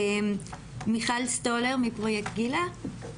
מיכל סטולר מפרויקט גילה.